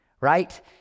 right